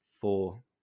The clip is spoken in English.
four